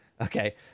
okay